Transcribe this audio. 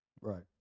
Right